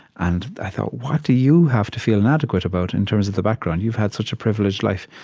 and i thought, what do you have to feel inadequate about, in terms of the background? you've had such a privileged life.